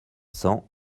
cents